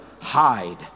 Hide